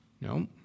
No